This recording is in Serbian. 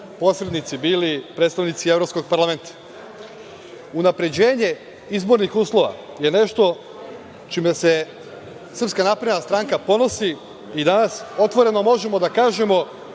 posrednici bili predstavnici Evropskog parlamenta. Unapređenje izbornih uslova je nešto čime se SNS ponosi i danas otvoreno možemo da kažemo